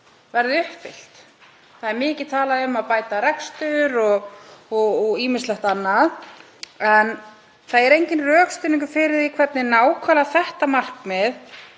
verði uppfyllt. Það er mikið talað um að bæta rekstur og ýmislegt annað en það er enginn rökstuðningur fyrir því hvernig nákvæmlega þetta markmið